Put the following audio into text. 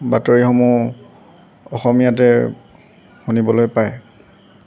বাতৰিসমূহ অসমীয়াতে শুনিবলৈ পায়